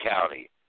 County